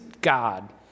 God